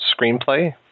screenplay